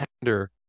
tender